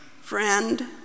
Friend